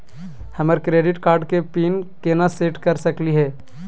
हमर credit card के pin केना सेट कर सकली हे?